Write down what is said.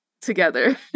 together